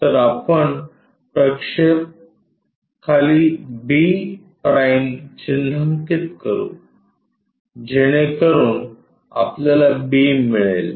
तर आपण प्रक्षेप खाली b' चिन्हांकित करू जेणेकरून आपल्याला b मिळेल